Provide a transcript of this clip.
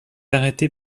arrêté